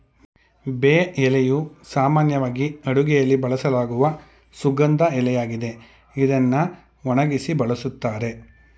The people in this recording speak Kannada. ಬೇ ಎಲೆಯು ಸಾಮಾನ್ಯವಾಗಿ ಅಡುಗೆಯಲ್ಲಿ ಬಳಸಲಾಗುವ ಸುಗಂಧ ಎಲೆಯಾಗಿದೆ ಇದ್ನ ಒಣಗ್ಸಿ ಬಳುಸ್ತಾರೆ